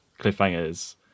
cliffhangers